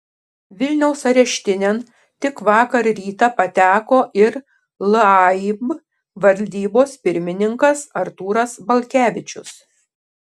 vilniaus areštinėn tik vakar rytą pateko ir laib valdybos pirmininkas artūras balkevičius